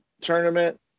tournament